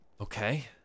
Okay